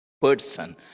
person